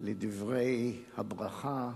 לדברי הברכה,